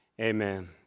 Amen